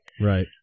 right